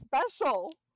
special